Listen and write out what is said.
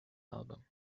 album